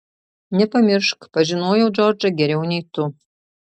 nepamiršk pažinojau džordžą geriau nei tu